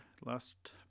last